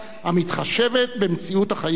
המתחשבת במציאות החיים כאן.